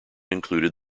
included